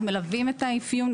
אנחנו מלווים את האפיון.